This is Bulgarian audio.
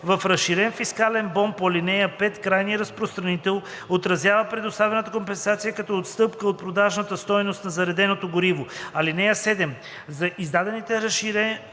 В разширения фискален бон по ал. 5 крайният разпространител отразява предоставената компенсация като отстъпка от продажната стойност на зареденото гориво. (7) За издадените разширени